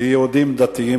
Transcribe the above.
יהודים דתיים,